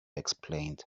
explained